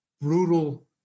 brutal